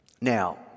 Now